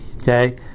okay